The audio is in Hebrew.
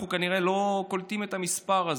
אנחנו כנראה לא קולטים את המספר הזה.